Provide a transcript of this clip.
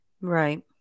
Right